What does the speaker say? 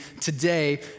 today